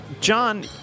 John